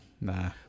nah